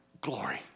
glory